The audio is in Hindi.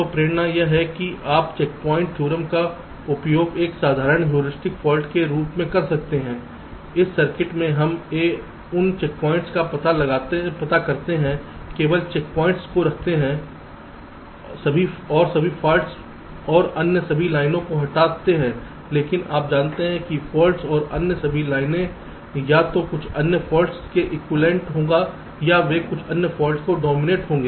तो प्रेरणा यह है कि आप चेकपॉइंट थ्योरम का उपयोग एक साधारण हेरास्टिक फॉल्ट के पतन के रूप में कर सकते हैं इस सर्किट में हम उन चेकपॉइंट की पहचान करते हैं केवल चेकपॉइंट को रखते हैं और सभी फॉल्ट और अन्य सभी लाइनों को हटाते हैं क्योंकि आप जानते हैं कि फॉल्ट और अन्य सभी लाइनें या तो कुछ अन्य फाल्ट के एक्विवैलेन्ट होगा या वे कुछ अन्य फॉल्ट्स से डोमिनेटेड होंगे